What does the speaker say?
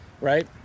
Right